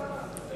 פה.